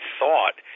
thought